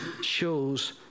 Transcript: shows